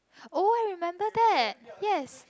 oh I remember that yes